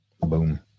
Boom